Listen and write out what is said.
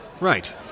Right